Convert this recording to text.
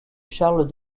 charles